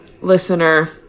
Listener